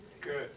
Good